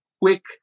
quick